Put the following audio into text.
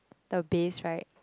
the base right